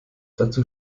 dazu